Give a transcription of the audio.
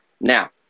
Now